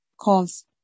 calls